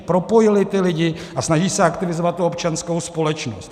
Propojily lidi a snaží se aktivizovat občanskou společnost.